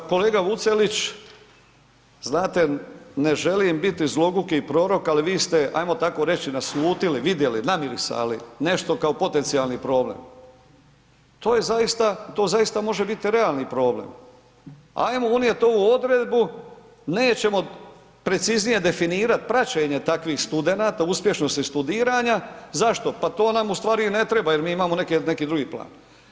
Pa kolega Vucelić, znate ne želim biti zloguki porok, ali vi ste ajmo tako reći naslutili, vidjeli, namirisali nešto kao potencijalni problem, to je zaista, to zaista može biti realni problem, ajmo unijet ovu odredbu, nećemo preciznije definirat praćenje takvih studenata, uspješnosti studiranja, zašto, pa to nam u stvari i ne treba jer mi imamo neki, neki drugi plan.